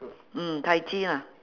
mm tai chi lah